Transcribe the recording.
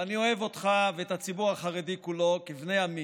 ואני אוהב אותך ואת הציבור החרדי כולו כבני עמי: